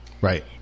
Right